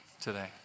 today